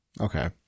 Okay